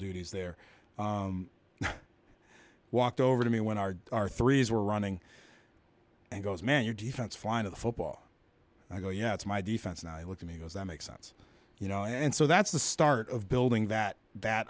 duties there walked over to me when our our three s were running and goes man your defense fine of the football i go yeah it's my defense and i look at he goes that makes sense you know and so that's the start of building that